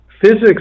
physics